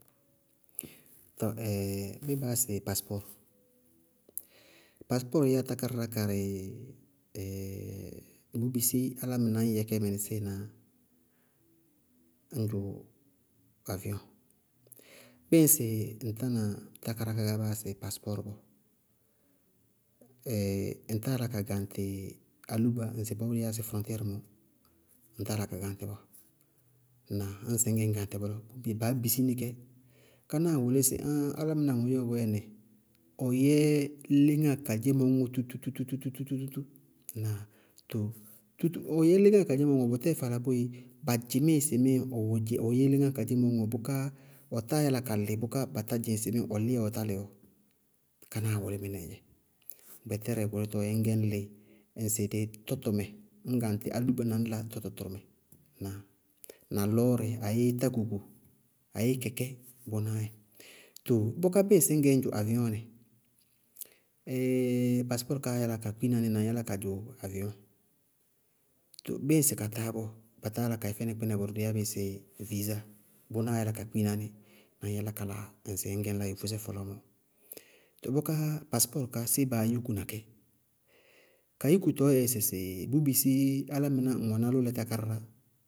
Tɔɔ béé baá yá sɩ paspɔɔrɩ? Paspɔɔrɩí tákáradá karɩ bʋʋ bisí álámɩná ñ yɛ kɛ mɩnɩsɩɩ ñ dzʋ avɩyɔŋ. Bíɩ ŋsɩ ŋ tána tákáradá ká kaá baa yáasɩ paspɔɔrɩ bɔɔ ŋ táa yála ka gaŋtɩ álúba ŋsɩbɔɔ dɩɩ yáa sɩ frɔŋtɩɛɛrɩ mɔ, ŋ táa yála ka gaŋtɩ bɔɔ. Ŋnáa? Ñŋsɩ ŋñgɛ ñ gaŋtɩ bʋlɔ gɛ baá bisí nɩ kɛ. Kánáa wʋlí sɩ ááñ álámɩná ŋodzémɔ bɔɔyɛ nɩ ɔ yɛ léŋáa kadzémɔ ñŋɔ tú- tú- tú- tú- tú- túú, ŋnáa? Too tútúú ɔ yɛ léŋáa kadzémɔ ñŋɔ bʋtɛɛ faala bɔɔ yɛ, ba dzɩmnɩɩ sɩ mɩ ɔ dze- ɔ yɛ léŋáa kadzémɔ ñŋɔ bʋká ɔ táa yála ka lɩ bʋká batá dzɩŋ sɩ ɔ lí abéé ɔtá lɩ bɔɔ, kánáa wʋlí mɩnɛɛ dzɛ. Gbɛtɛrɛ gbɔɔ tɔɔ yɛ ñŋ ñgɛ ñlɩ ŋsɩ dɩ tɔtɔmɛɛ ñ gaŋtɩ álúba ñ la tɔtɔ tʋrʋmɛ, na na lɔɔrɩ ayéé tákuku ayéé kɛkɛ, bʋnáá yɛ. Too bʋká bíɩ ŋsɩ ŋñgɩ ñ dzʋ avɩyɔŋ nɩ? paspɔɔrɩ kaá yála ka kpina ní na ñ yálá ñ dzʋ avɩyɔŋ, too bíɩ ŋsɩ ka táá bɔɔ, ba táa yála ka yɛ fɛnɩ kpínɛ bʋrʋ dɩí yábɩ sɩ viizáa, bʋnáá yála ka kpína ní na ñ yálá ka la ŋsɩ yofósɛ fɔlɔɔ mɔɔ bʋká ŋsɩ paspɔɔrɩ ká, séé baá yúkuna kɛ? Ka yúkutɔɔ yɛ sɩsɩ bʋʋ bisí álámɩná ŋ wɛná lʋlɛ tákáradá.